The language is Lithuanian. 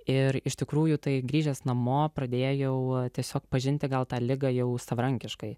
ir iš tikrųjų tai grįžęs namo pradėjau tiesiog pažinti gal ligą jau savarankiškai